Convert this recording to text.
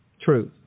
truth